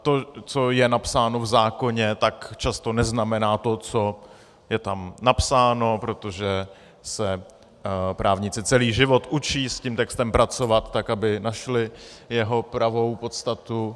To, co je napsáno v zákoně, často neznamená to, co je tam napsáno, protože se právníci celý život učí s tím textem pracovat tak, aby našli jeho pravou podstatu.